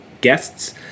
guests